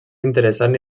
interessant